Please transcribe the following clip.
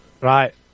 Right